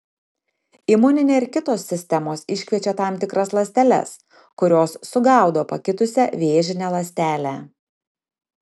imuninė ir kitos sistemos iškviečia tam tikras ląsteles kurios sugaudo pakitusią vėžinę ląstelę